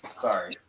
Sorry